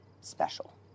special